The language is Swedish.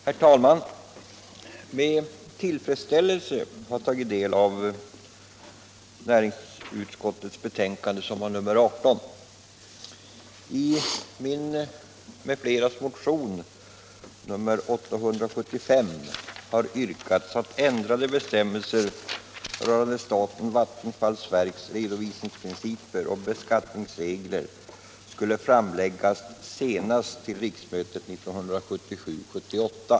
Herr talman! Med tillfredsställelse har jag tagit del av näringsutskottets betänkande nr 18. I motionen 875 av mig m.fl. har yrkats att ändrade bestämmelser rörande statens vattenfallsverks redovisningsprinciper och beskattningsregler skulle framläggas senast till riksmötet 1977/78.